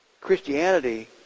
Christianity